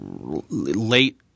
late